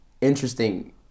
interesting